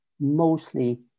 mostly